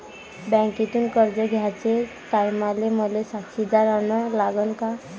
बँकेतून कर्ज घ्याचे टायमाले मले साक्षीदार अन लागन का?